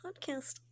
podcast